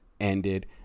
ended